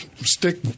stick